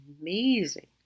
amazing